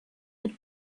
had